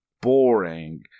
boring